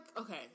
okay